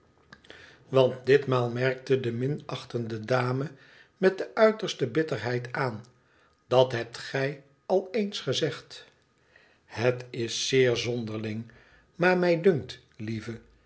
want ditmaal merkte de minachtende dame met de uiterste bitterheid aan dat hebt gij al ééns gezegd het is zeer zonderling maar mij dunkt lieve